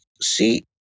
See